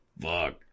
fuck